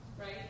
Right